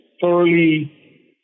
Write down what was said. thoroughly